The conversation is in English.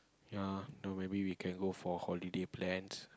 ya no maybe we can go for holiday plans